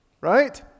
right